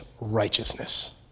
righteousness